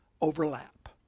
overlap